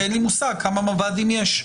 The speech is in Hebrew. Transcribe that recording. כי אין לי מושג כמה מב"דים יש.